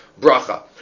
bracha